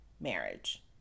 marriage